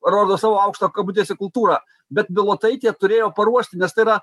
rodo savo aukštą kabutėse kultūrą bet bilotaitė turėjo paruošti nes tai yra